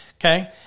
Okay